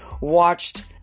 watched